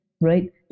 Right